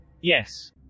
Yes